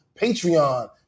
Patreon